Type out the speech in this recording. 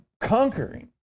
conquering